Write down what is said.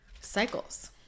cycles